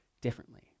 differently